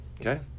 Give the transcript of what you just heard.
Okay